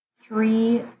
three